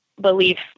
belief